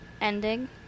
ending